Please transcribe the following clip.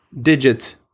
digits